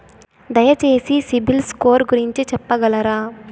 దయచేసి సిబిల్ స్కోర్ గురించి చెప్పగలరా?